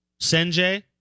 Senjay